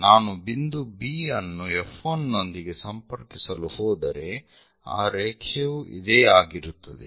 ನಾನು ಬಿಂದು B ಅನ್ನು F1 ನೊಂದಿಗೆ ಸಂಪರ್ಕಿಸಲು ಹೋದರೆ ಆ ರೇಖೆಯು ಇದೇ ಆಗಿರುತ್ತದೆ